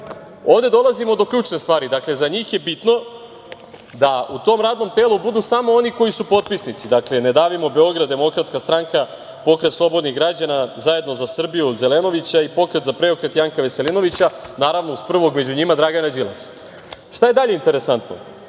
dolazimo do ključne stvari. Za njih je bitno da u tom radnom telu budu samo oni koji su potpisnici – Ne davimo Beograd, DS, Pokret slobodnih građana, Zajedno za Srbiju – Zelenovića i Pokret za preokret Janka Veselinovića, naravno uz prvog među njima Dragana Đilasa. Šta je dalje interesantno?